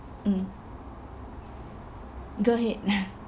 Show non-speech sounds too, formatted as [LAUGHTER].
mm go ahead [NOISE]